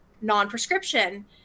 non-prescription